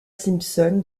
simpson